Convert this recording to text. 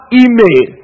email